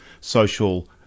social